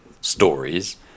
stories